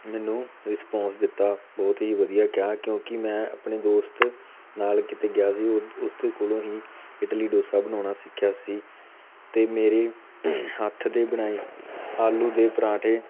ਮੈਨੂੰ ਰਿਸਪੋਂਸ ਦਿੱਤਾ ਬਹੁਤ ਹੀ ਵਧੀਆ ਕਿਹਾ ਕਿਉਂਕਿ ਮੈਂ ਆਪਣੇ ਦੋਸਤ ਨਾਲ ਕਿਤੇ ਗਿਆ ਸੀ ਉਹ ਉਸਦੇ ਕੋਲੋਂ ਹੀ ਇਡਲੀ ਡੋਸਾ ਬਣਾਉਣਾ ਸਿੱਖਿਆ ਸੀ ਅਤੇ ਮੇਰੇ ਹੱਥ ਦੇ ਬਣਾਏ ਆਲੂ ਦੇ ਪਰੌਂਠੇ